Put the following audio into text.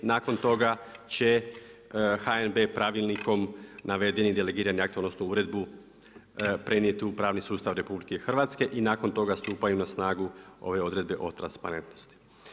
Nakon toga će HNB pravilnikom navedeni delegirani akt, odnosno uredbu prenijeti u pravni sustav RH i nakon toga stupaju na snagu ove odredbe o transparentnosti.